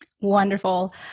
Wonderful